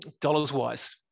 dollars-wise